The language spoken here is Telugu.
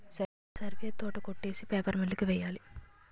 సరివే తోట కొట్టేసి పేపర్ మిల్లు కి వెయ్యాలి